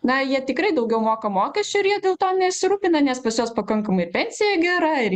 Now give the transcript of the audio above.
na jie tikrai daugiau moka mokesčių ir jie dėl to nesirūpina nes pas juos pakankamai pensija gera ir